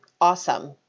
Awesome